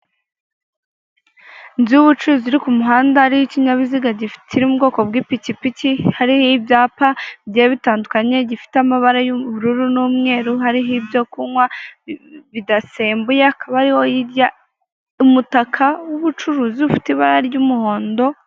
Inzu y'ubucuruzi iri ku muhanda, iriho ikinyabiziga kiri mu bwoko bw'ipikipiki, hariho ibyapa bigiye bitandukanye gifite amabara y'ubururu n'umweru hariho ibyo kunywa bidasembuye, hakaba hariho hirya umutaka w'ubucuruzi ufite ibara ry'umuhondo.